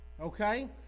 okay